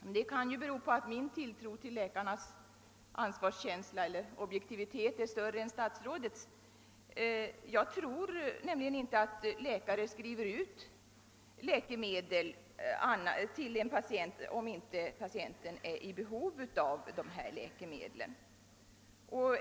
Det kan naturligtvis bero på att min tilltro till läkarnas ansvarskänsla och objektivitet är större än statsrådets; jag tror nämligen inte att läkare skriver ut läkemedel till en patient om denne inte är i behov av sådana.